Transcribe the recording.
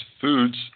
foods